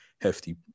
hefty